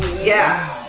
yeah.